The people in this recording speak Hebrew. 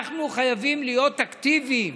אנחנו חייבים להיות אקטיביים